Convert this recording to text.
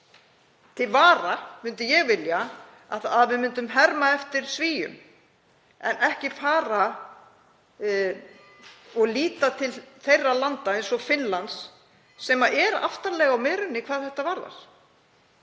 Til vara myndi ég vilja að við myndum herma eftir Svíum og líta til landa eins og Finnlands sem er aftarlega á merinni hvað þetta varðar